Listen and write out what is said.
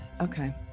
okay